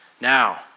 Now